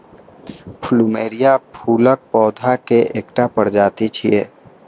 plumeria फूलक पौधा के एकटा प्रजाति छियै